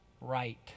right